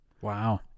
Wow